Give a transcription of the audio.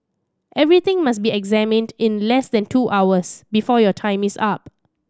everything must be examined in less than two hours before your time is up